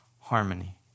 harmony